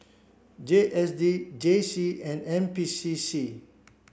J S D J C and N P C C